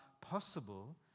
possible